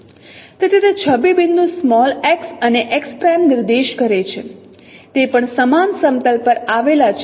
તેથી તે છબી બિંદુ x અને x' નિર્દેશ કરે છે તે પણ સમાન સમતલ પર આવેલા છે